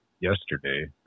yesterday